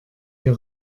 wir